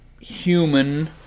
human